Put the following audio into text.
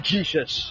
Jesus